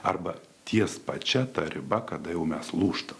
arba ties pačia ta riba kada jau mes lūžtam